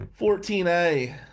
14A